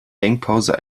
denkpause